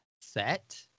Set